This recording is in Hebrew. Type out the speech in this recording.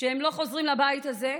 שהם לא חוזרים לבית הזה.